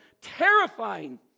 terrifying